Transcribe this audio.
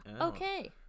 Okay